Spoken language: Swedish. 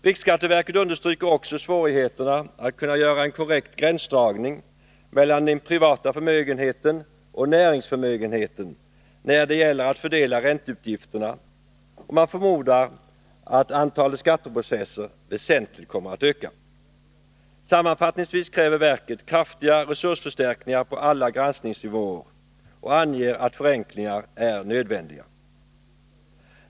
Riksskatteverket understryker också svårigheterna att kunna göra en korrekt gränsdragning mellan den privata förmögenheten och näringsförmögenheten när det gäller att fördela ränteutgifterna, och man förmodar att antalet skatteprocesser väsentligt kommer att öka. Sammanfattningsvis kräver verket kraftiga resursförstärkningar på alla granskningsnivåer och anger att förenklingar är nödvändiga.